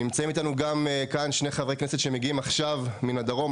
נמצאים איתנו גם כאן שני חברי כנסת שמגיעים עכשיו מן הדרום.